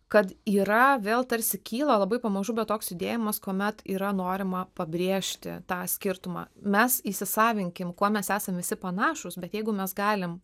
kad yra vėl tarsi kyla labai pamažu bet toks judėjimas kuomet yra norima pabrėžti tą skirtumą mes įsisavinkim kuo mes esam visi panašūs bet jeigu mes galim